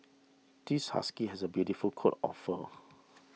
this husky has a beautiful coat of fur